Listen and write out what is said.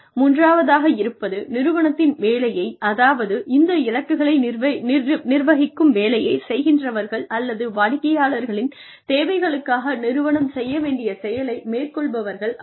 மூன்றாவதாக இருப்பது நிறுவனத்தின் வேலையை அதாவது இந்த இலக்குகளை நிர்வகிக்கும் வேலையைச் செய்கின்றவர்கள் அல்லது வாடிக்கையாளரின் தேவைகளுக்காக நிறுவனம் செய்ய வேண்டிய செயலை மேற்கொள்பவர்கள் ஆவர்